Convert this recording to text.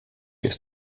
ist